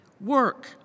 work